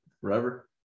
forever